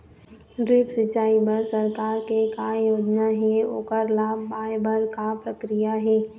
Drip सिचाई बर सरकार के का योजना हे ओकर लाभ पाय बर का प्रक्रिया हे?